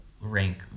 rank